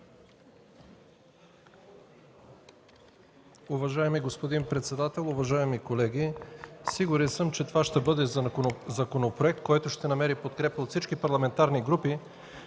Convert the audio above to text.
Уважаеми господин председател, уважаеми колеги! Сигурен съм, че това ще бъде законопроект, който ще намери подкрепа от всички парламентарни групи,